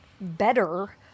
better